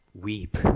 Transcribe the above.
weep